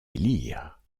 élire